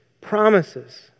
promises